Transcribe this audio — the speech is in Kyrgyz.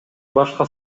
башка